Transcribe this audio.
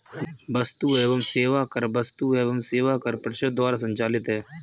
वस्तु एवं सेवा कर वस्तु एवं सेवा कर परिषद द्वारा संचालित है